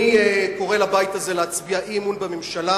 אני קורא לבית הזה להצביע אי-אמון בממשלה